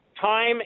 time